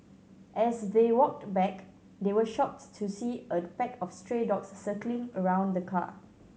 as they walked back they were shocked to see a pack of stray dogs circling around the car